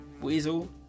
Weasel